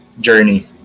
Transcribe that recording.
journey